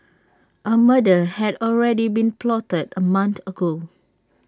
A murder had already been plotted A month ago